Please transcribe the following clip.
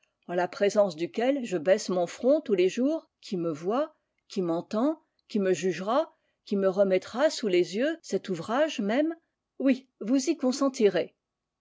en la présence duquel je baisse mon front tous les jours qui me voit qui m'entend qui me jugera qui me remettra sous les yeux cet ouvrage même oui vous y consentirez